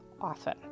often